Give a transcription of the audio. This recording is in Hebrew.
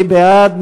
מי בעד?